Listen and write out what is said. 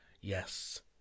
Yes